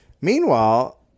Meanwhile